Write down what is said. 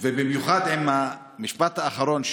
ובייחוד המשפט האחרון,